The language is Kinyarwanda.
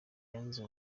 yanze